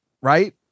right